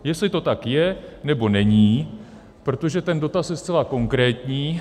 Jestli to tak je, nebo není, protože ten dotaz je zcela konkrétní.